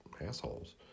assholes